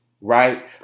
right